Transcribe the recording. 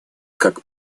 как